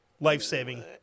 life-saving